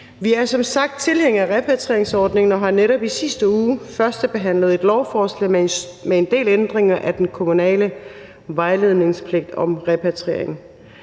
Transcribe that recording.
Vi er som sagt tilhængere af repatrieringsordningen og har netop i sidste uge førstebehandlet et lovforslag med en del ændringer af den kommunale vejledningspligt om repatriering,